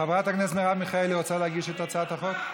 חברת הכנסת מרב מיכאלי, רוצה להגיש את הצעת החוק?